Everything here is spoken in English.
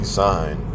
sign